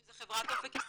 שזה חברת אופק ישראלי,